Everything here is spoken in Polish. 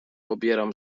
obieram